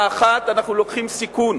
האחת, אנחנו לוקחים סיכון